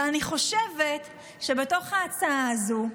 ואני חושבת שבתוך ההצעה הזו,